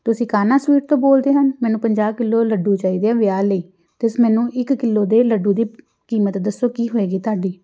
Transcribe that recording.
ਤੁਸੀਂ ਕਾਨਾ ਸਟੀਵ ਤੋਂ ਬੋਲਦੇ ਹਨ ਮੈਨੂੰ ਪੰਜਾਹ ਕਿੱਲੋ ਲੱਡੂ ਚਾਹੀਦੇ ਆ ਵਿਆਹ ਲਈ ਅਤੇ ਸ ਮੈਨੂੰ ਇੱਕ ਕਿੱਲੋ ਦੇ ਲੱਡੂ ਦੀ ਕੀਮਤ ਦੱਸੋ ਕੀ ਹੋਏਗੀ ਤੁਹਾਡੀ